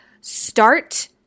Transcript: Start